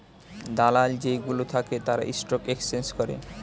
দালাল যেই গুলো থাকে তারা স্টক এক্সচেঞ্জ করে